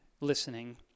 listening